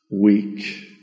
weak